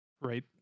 right